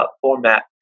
format